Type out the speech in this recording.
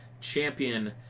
champion